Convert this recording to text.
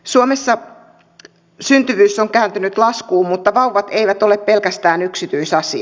suomessa syntyvyys on kääntynyt laskuun mutta vauvat eivät ole pelkästään yksityisasia